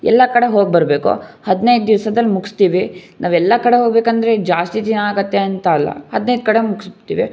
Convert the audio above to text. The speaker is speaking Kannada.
ಎಲ್ಲ ಕಡೆ ಹೋಗಿ ಬರಬೇಕು ಹದಿನೈದು ದಿವ್ಸದಲ್ಲಿ ಮುಗಿಸ್ತೀವಿ ನಾವು ಎಲ್ಲ ಕಡೆ ಹೋಗಬೇಕಂದ್ರೆ ಜಾಸ್ತಿ ದಿನ ಆಗುತ್ತೆ ಅಂತ ಅಲ್ಲ ಹದಿನೈದು ಕಡೆ ಮುಗಿಸ್ತೇವೆ